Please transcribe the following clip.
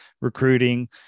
recruiting